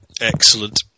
excellent